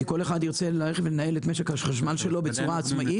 כי כל אחד ירצה לנהל את משק החשמל שלו בצורה עצמאית.